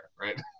right